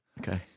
Okay